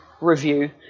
review